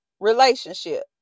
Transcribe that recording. relationship